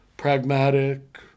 pragmatic